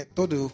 todo